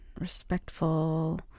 respectful